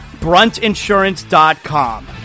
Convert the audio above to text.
Bruntinsurance.com